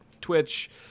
Twitch